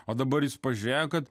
o dabar jis pažiūrėjo kad